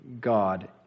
God